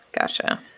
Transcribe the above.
gotcha